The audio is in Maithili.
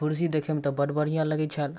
कुरसी देखैमे तऽ बड़ बढ़िआँ लगै छल